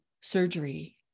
surgery